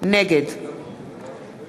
נגד